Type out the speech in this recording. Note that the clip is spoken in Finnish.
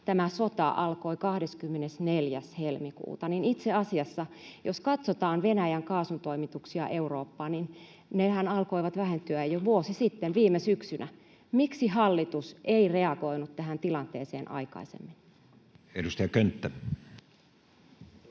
tämä sota alkoi 24. helmikuuta, mutta itse asiassa jos katsotaan Venäjän kaasutoimituksia Eurooppaan, nehän alkoivat vähentyä jo vuosi sitten, viime syksynä. Miksi hallitus ei reagoinut tähän tilanteeseen aikaisemmin? [Speech 148]